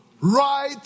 Right